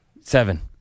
Seven